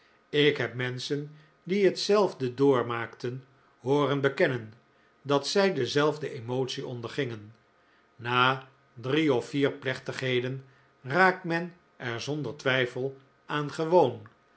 ik heb menschen die hetzelfde doormaakten hooren bekennen dat zij dezelfde emotie ondergingen na drie of vier plechtigheden raakt men er zonder twijfel aan gewoon